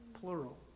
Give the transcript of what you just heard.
plural